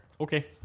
Okay